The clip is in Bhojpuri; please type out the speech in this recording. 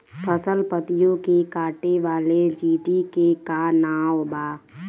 फसल पतियो के काटे वाले चिटि के का नाव बा?